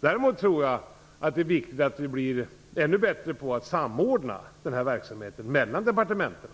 Däremot tror jag att det är viktigt att vi blir ännu bättre på att samordna denna verksamhet mellan departementen